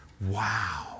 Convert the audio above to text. Wow